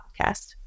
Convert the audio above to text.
podcast